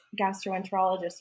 gastroenterologist